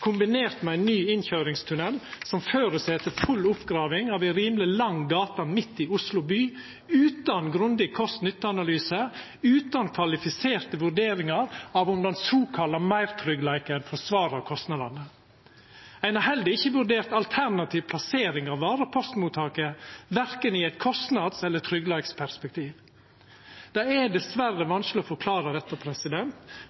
kombinert med ein ny innkjøringstunnel som føreset full oppgraving av ei rimeleg lang gate midt i Oslo by, utan grundig kost–nytte-analyse, utan kvalifiserte vurderingar av om den såkalla meirtryggleiken forsvarar kostnadene. Ein har heller ikkje vurdert alternativ plassering av vare- og postmottaket, verken i eit kostnads- eller tryggleiksperspektiv. Det er